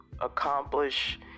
accomplish